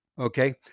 Okay